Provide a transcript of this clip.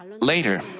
later